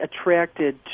attracted